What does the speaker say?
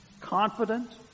Confident